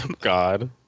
God